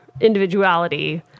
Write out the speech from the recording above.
individuality